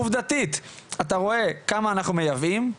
עובדתית אתה רואה כמה אנחנו מייבאים,